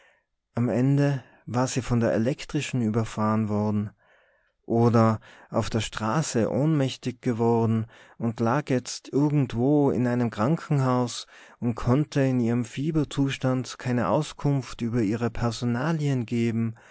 am ende war sie von der elektrischen überfahren worden oder auf der straße ohnmächtig geworden und lag jetzt irgendwo in einem krankenhaus und konnte in ihrem fieberzustand keine auskunft über ihre personalien geben